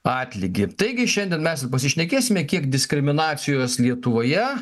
atlygį taigi šiandien mes ir pasišnekėsime kiek diskriminacijos lietuvoje